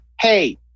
hey